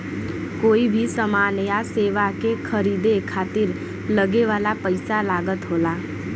कोई भी समान या सेवा के खरीदे खातिर लगे वाला पइसा लागत होला